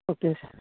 okay